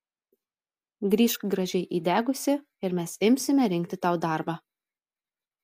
grįžk gražiai įdegusi ir mes imsime rinkti tau darbą